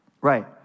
Right